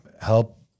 help